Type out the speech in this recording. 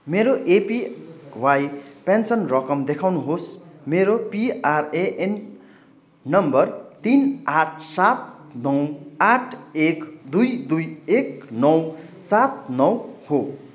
मेरो APY pension रकम देखाउनुहोस् मेरो पिआरएएन नम्बर तिन आठ सात नौ आठ एक दुई दुई एक नौ सात नौ हो